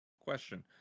Question